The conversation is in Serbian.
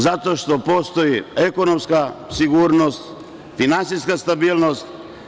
Zato što postoji ekonomska sigurnost, finansijska stabilnost.